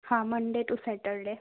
હા Monday to Saturday